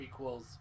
prequels